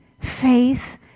faith